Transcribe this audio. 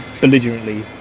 belligerently